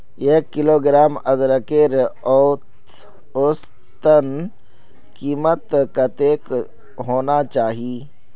एक किलोग्राम अदरकेर औसतन कीमत कतेक होना चही?